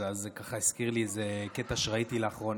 זה הזכיר לי איזה קטע שראיתי לאחרונה,